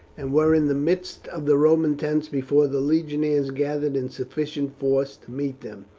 and were in the midst of the roman tents before the legionaries gathered in sufficient force to meet them.